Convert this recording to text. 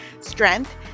strength